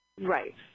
Right